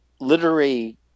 literary